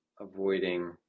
avoiding